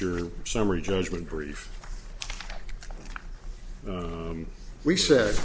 your summary judgment brief we said